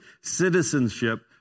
citizenship